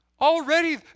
Already